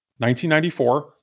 1994